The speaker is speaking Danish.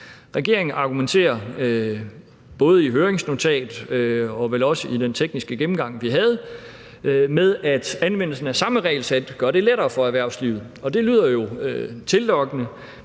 Regeringen argumenterer både i et høringsnotat og vel også i den tekniske gennemgang, vi havde, med, at anvendelsen af samme regelsæt gør det lettere for erhvervslivet. Det lyder jo tillokkende,